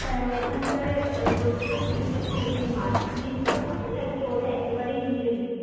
হ্যাঁ ওইখানটায় কোচিংয়ের ফিসটা কি এমনি মান্থলি দিতে হবে নাকি ওরা একেবারেই নিয়ে নেবে